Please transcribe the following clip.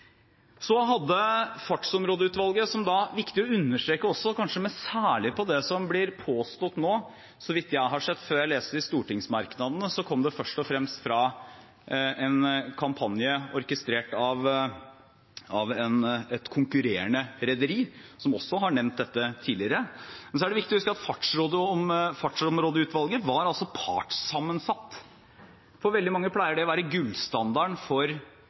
viktig å understreke, kanskje særlig når det gjelder det som blir påstått nå, så vidt jeg har sett, før jeg leste det i stortingsmerknadene, at dette først og fremst kom fra en kampanje orkestrert av et konkurrerende rederi, noe som også har vært nevnt tidligere. Men så er det viktig å huske at Fartsområdeutvalget var partssammensatt. For veldig mange pleier det å være gullstandarden for